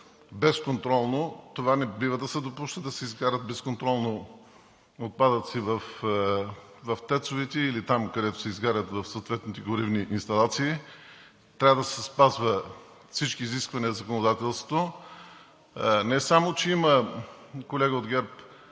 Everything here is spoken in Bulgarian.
безконтролно? Това не бива да се допуска, да се изгарят безконтролно отпадъци в ТЕЦ-овете или там, където се изгарят, в съответните горивни инсталации. Трябва да се спазват всички изисквания в законодателството. Не само че има, колега от ГЕРБ,